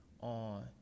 on